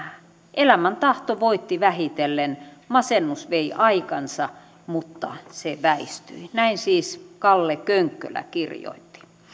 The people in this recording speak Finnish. elämäntahto voitti vähitellen masennus vei aikansa mutta se väistyi näin siis kalle könkkölä kirjoitti